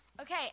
Okay